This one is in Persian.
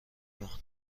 ایمان